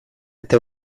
eta